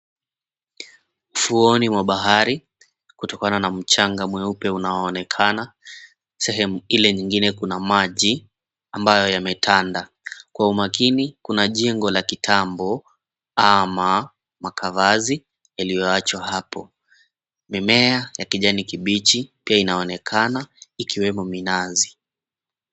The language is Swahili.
Ufuoni mwa bahari kutokana na mchanga mweupe unaoonekana sehemu ile kuna maji ambayo yametanda. Kwa umakini kuna jengo la kitambo ama makavazi yaliyoachwa hapo. Mimea ya kijani kibichi pia inaonekana ikiwemo minazi.